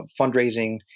fundraising